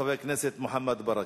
חבר הכנסת מוחמד ברכה.